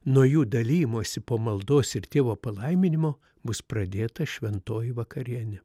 nuo jų dalijimosi po maldos ir tėvo palaiminimo bus pradėta šventoji vakarienė